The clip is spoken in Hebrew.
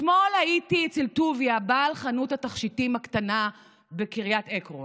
אתמול הייתי אצל טוביה בעל חנות התכשיטים הקטנה בקריית עקרון,